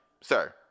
Sir